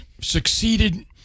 succeeded